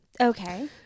Okay